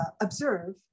observe